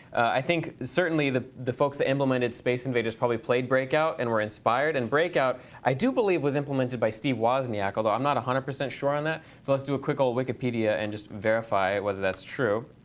i think certainly the the folks that implemented space invaders probably played breakout and were inspired. and breakout i do believe was implemented by steve wozniak although i'm not one hundred percent sure on that. so let's do a quick old wikipedia and just verify whether that's true.